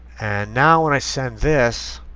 now when i send this